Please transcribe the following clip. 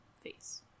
face